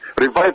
Revive